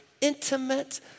intimate